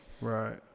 Right